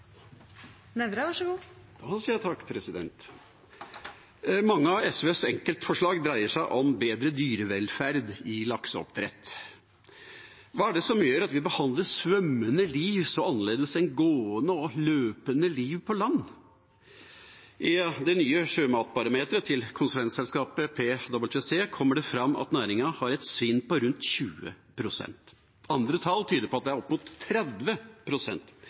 det som gjør at vi behandler svømmende liv så annerledes enn gående og løpende liv på land? I det nye sjømatbarometeret til konsulentselskapet PwC kommer det fram at næringen har et svinn på rundt 20 pst. Andre tall tyder på at det er opp mot